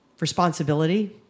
responsibility